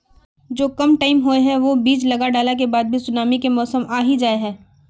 जो कम टाइम होये है वो बीज लगा डाला के बाद भी सुनामी के मौसम आ ही जाय है?